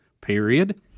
period